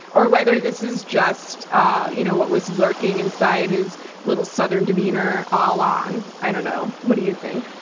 or whether this is just ah you know what was lurking inside his little southern demeanor all along. i don't know, what do you think?